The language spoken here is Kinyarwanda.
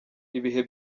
ibihe